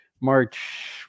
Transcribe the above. March